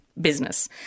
business